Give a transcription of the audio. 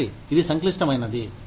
ఒకటి ఇది సంక్లిష్టమైనది